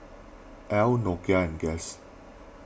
Elle Nokia and Guess